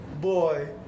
boy